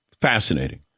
fascinating